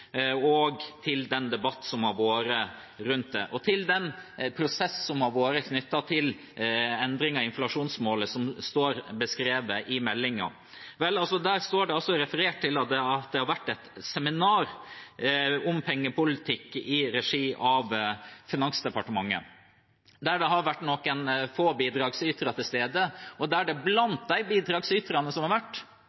til den debatten som har vært rundt det, og til den prosessen som har vært knyttet til endringer i inflasjonsmålet, som står beskrevet i meldingen. Vel, der står det referert til at det har vært et seminar om pengepolitikk i regi av Finansdepartementet, der det har vært noen få bidragsytere til stede, og der det